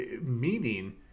meaning